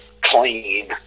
clean